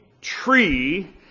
tree